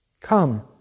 Come